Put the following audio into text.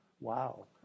wow